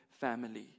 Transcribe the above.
family